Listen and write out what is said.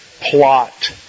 plot